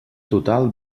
total